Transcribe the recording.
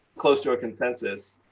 close to a consensus,